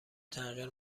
تغییر